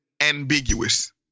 ambiguous